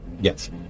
Yes